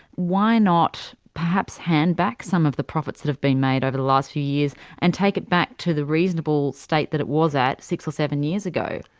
why not perhaps hand back some of the profits that have been made over the last few years and take it back to the reasonable state that it was at six or seven years ago?